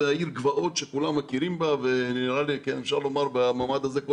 העיר גבעות שכולם מכירים בה ונראה לי שאפשר לומר במעמד הזה שכל